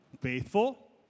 faithful